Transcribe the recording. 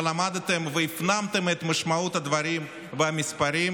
ולמדתם והפנמתם את משמעות הדברים והמספרים,